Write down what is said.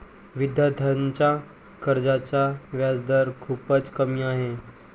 विद्यार्थ्यांच्या कर्जाचा व्याजदर खूपच कमी आहे